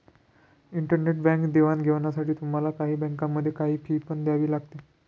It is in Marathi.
इंटरनेट बँक देवाणघेवाणीसाठी तुम्हाला काही बँकांमध्ये, काही फी पण द्यावी लागते